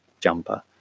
jumper